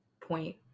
point